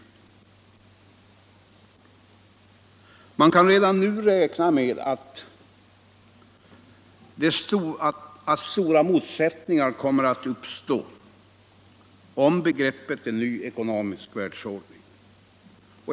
Man kan redan nu räkna med att stora motsättningar kommer att uppstå om begreppet en ny ekonomisk världsordning.